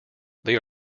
they